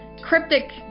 cryptic